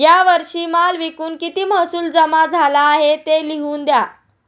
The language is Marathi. या वर्षी माल विकून किती महसूल जमा झाला आहे, ते लिहून द्या